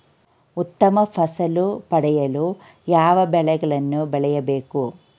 ಉತ್ತಮ ಫಸಲು ಪಡೆಯಲು ಯಾವ ಬೆಳೆಗಳನ್ನು ಬೆಳೆಯಬೇಕು?